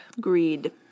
Greed